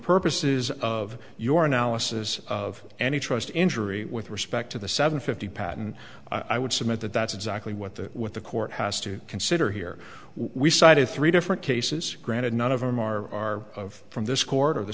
purposes of your analysis of any trust injury with respect to the seven fifty patent i would submit that that's exactly what the what the court has to consider here we cited three different cases granted none of them are of from this court of the